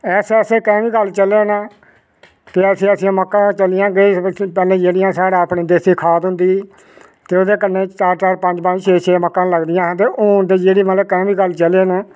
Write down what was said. ऐसे ऐसे कैमिकल चले न कि ऐसी ऐसी मक्कां चलियां कि सनाया पैह्लें जेहड़ियां साढ़ा अपनी देसी खाद होंदी ही ते ओह्दे कन्नै चार चार पंज पंज छे छे मक्कां लगदियां हां ते हून ते जेह्ड़ी मतलब कैमिकल चले ना